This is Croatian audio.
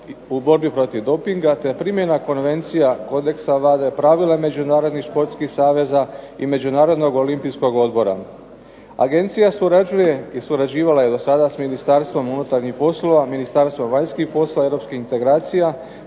u borbi protiv dopinga te primjena konvencija kodeksa WADA-e, pravila međunarodnih športskih saveza i Međunarodnog olimpijskog odbora. Agencija surađuje i surađivala je dosada s Ministarstvom unutarnjih poslova, Ministarstvom vanjskih poslova i europskih integracija,